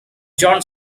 john